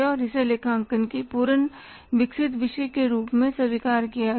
और इसे लेखांकन के पूर्ण विकसित विषय के रूप में स्वीकार किया गया